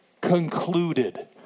concluded